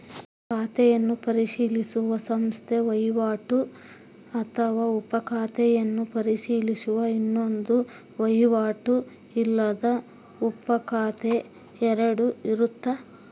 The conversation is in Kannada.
ಖಾತೆಯನ್ನು ಪರಿಶೀಲಿಸುವ ಸಂಸ್ಥೆ ವಹಿವಾಟು ಅಥವಾ ಉಪ ಖಾತೆಯನ್ನು ಪರಿಶೀಲಿಸುವುದು ಇನ್ನೊಂದು ವಹಿವಾಟು ಅಲ್ಲದ ಉಪಖಾತೆ ಎರಡು ಇರುತ್ತ